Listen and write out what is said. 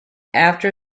after